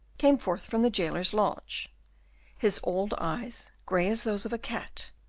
came forth from the jailer's lodge his old eyes, gray as those of a cat,